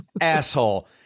asshole